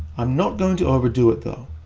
i'm not going to overdo it, though.